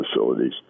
facilities